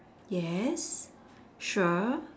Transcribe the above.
yes sure